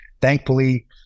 thankfully